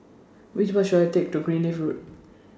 Which Bus should I Take to Greenleaf Road